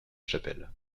chapelle